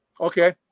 Okay